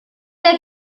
der